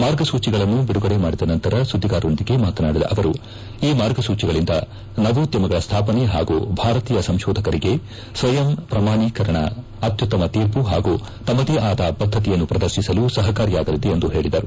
ಮಾರ್ಗಸೂಚಿಗಳನ್ನು ಬಿಡುಗಡೆ ಮಾಡಿದ ನಂತರ ಸುದ್ಲಿಗಾರರೊಂದಿಗೆ ಮಾತನಾಡಿದ ಅವರು ಈ ಮಾರ್ಗಸೂಚಿಗಳಿಂದ ನವೋದ್ಯಮಗಳ ಸ್ಥಾಪನೆ ಹಾಗೂ ಭಾರತೀಯ ಸಂಶೋಧಕರಿಗೆ ಸ್ವಯಂ ಪ್ರಮಾಣೀಕರಣ ಅತ್ನುತ್ತಮ ತೀರ್ಮ ಹಾಗೂ ತಮ್ನದೇ ಆದ ಬದ್ದತೆಯನ್ನು ಪ್ರದರ್ಶಿಸಲು ಸಹಕಾರಿಯಾಗಲಿದೆ ಎಂದು ಹೇಳಿದರು